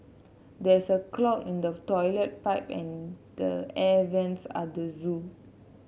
there is a clog in the toilet pipe and the air vents at the zoo